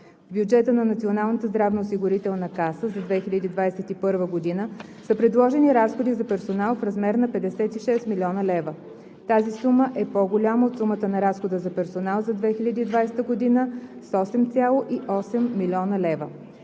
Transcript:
В бюджета на Националната здравноосигурителна каса за 2021 г. са предложени разходи за персонал в размер на 56 млн. лв. Тази сума е по-голяма от сумата на разхода за персонал за 2020 г. с 8,8 млн. лв.